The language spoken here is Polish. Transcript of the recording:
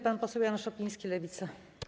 Pan poseł Jan Szopiński, Lewica.